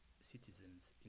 citizens